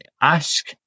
ask